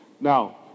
Now